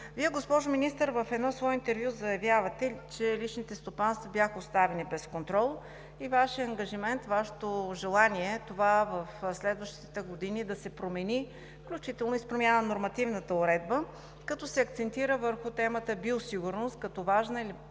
Вие, госпожо Министър, в едно свое интервю заявявате, че личните стопанства бяха оставени без контрол и Вашият ангажимент, Вашето желание това в следващите години да се промени, включително и с промяна на нормативната уредба, като се акцентира върху темата „Биосигурност“ като важна